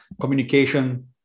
communication